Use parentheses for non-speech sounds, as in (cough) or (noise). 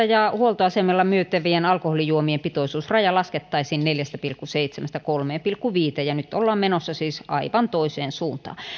(unintelligible) ja huoltoasemilla myytävien alkoholijuomien pitoisuusraja laskettaisiin neljästä pilkku seitsemästä kolmeen pilkku viiteen ja nyt ollaan menossa siis aivan toiseen suuntaan